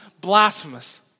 blasphemous